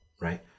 right